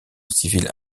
civile